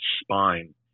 spine